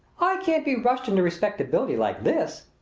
i can't be rushed into respectability like this.